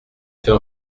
fais